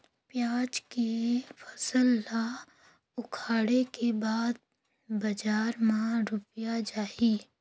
पियाज के फसल ला उखाड़े के बाद बजार मा रुपिया जाही?